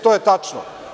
To je tačno.